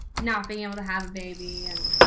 not being able to have a baby and